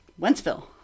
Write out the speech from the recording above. Wentzville